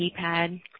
keypad